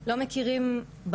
יכול להיות שזה פער הדורות,